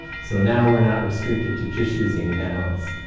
so now we're not restricted to just using nouns.